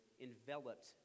enveloped